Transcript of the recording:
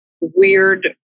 weird